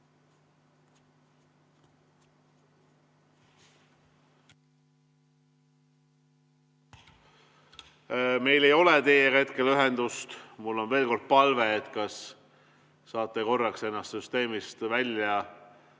Meil ei ole teiega hetkel ühendust. Mul on veel kord palve: kas te saate korraks ennast süsteemist välja